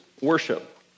worship